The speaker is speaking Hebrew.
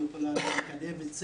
היא יכולה לקדם,